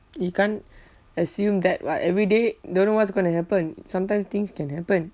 you can't assume that [what] every day don't know what's going to happen sometimes things can happen